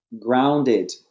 grounded